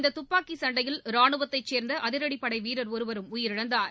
இந்த துப்பாக்கி சண்டையில் ரானுவத்தை சேர்ந்த அதிரடிப்படை வீரர் ஒருவரும் உயிரிழந்தார்